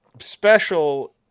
special